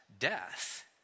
death